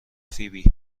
فیبی